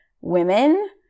women